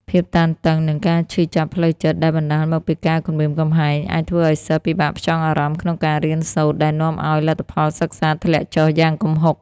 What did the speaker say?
ភាពតានតឹង និង ការឈឺចាប់ផ្លូវចិត្ត ដែលបណ្តាលមកពីការគំរាមកំហែងអាចធ្វើឲ្យសិស្សពិបាកផ្ចង់អារម្មណ៍ក្នុងការរៀនសូត្រ ដែលនាំឲ្យ លទ្ធផលសិក្សាធ្លាក់ចុះយ៉ាងគំហុក។